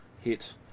hit